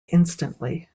instantly